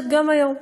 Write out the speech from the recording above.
שמתרחשת גם היום.